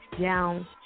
down